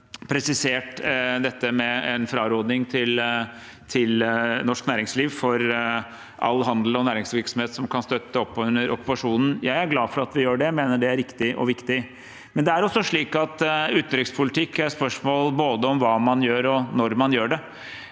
nå har presisert dette med en fraråding til norsk næringsliv for all handel og næringsvirksomhet som kan støtte opp under okkupasjonen. Jeg er glad for at vi gjør det, jeg mener det er riktig og viktig, men det er også slik at utenrikspolitikk er spørsmål om både hva man gjør, og når man gjør det.